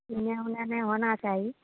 एने ओने नहि होना चाही